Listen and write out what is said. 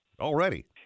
already